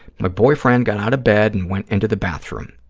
my boyfriend got out of bed and went into the bathroom.